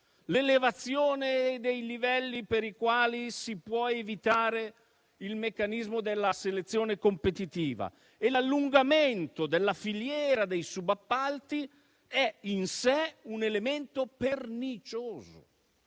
l'elevazione dei livelli per i quali si può evitare il meccanismo della selezione competitiva e l'allungamento della filiera dei subappalti costituiscono un elemento pernicioso.